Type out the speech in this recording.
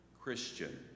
Christian